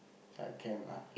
say I can lah